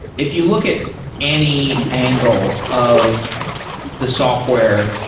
if you look at any angle of the software,